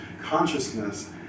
consciousness